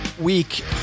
week